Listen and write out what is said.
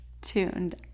tuned